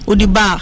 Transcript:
Udiba